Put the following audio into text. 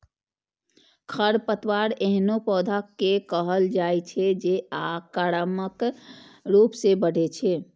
खरपतवार एहनो पौधा कें कहल जाइ छै, जे आक्रामक रूप सं बढ़ै छै